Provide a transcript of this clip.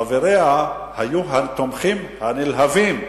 חבריה היו התומכים הנלהבים,